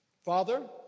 Father